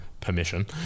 permission